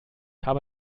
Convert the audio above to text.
habe